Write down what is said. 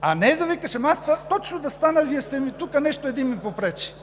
А не да казваш: ама това точно да стане, тук нещо един ми попречи.